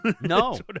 no